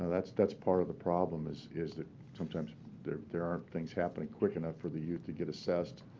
that's that's part of the problem, is is that sometimes there there aren't things happening quick enough for the youth to get assessed,